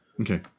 Okay